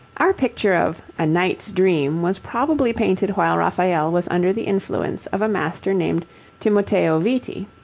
our picture of a knight's dream was probably painted while raphael was under the influence of a master named timoteo viti,